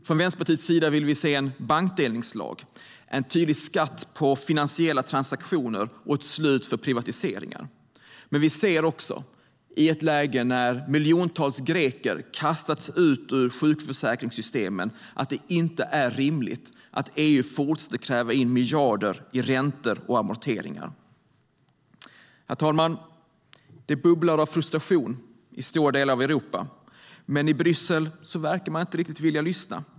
Från Vänsterpartiets sida vill vi se en bankdelningslag, en tydlig skatt på finansiella transaktioner och ett slut för privatiseringar. Men vi ser också, i ett läge där miljontals greker kastats ut ur sjukförsäkringssystemet, att det inte är rimligt att EU fortsätter att kräva in miljarder i räntor och amorteringar. Herr talman! Det bubblar av frustration i stora delar av Europa, men i Bryssel verkar man inte riktigt vilja lyssna.